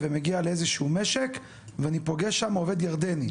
ומגיע לאיזה שהוא משק ואני פוגש שם עובד ירדני.